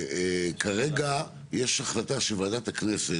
כרגע יש החלטה של ועדת הכנסת,